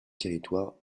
territoire